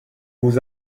vous